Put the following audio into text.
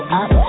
up